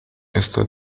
está